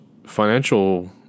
Financial